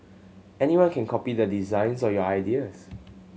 anyone can copy the designs or your ideas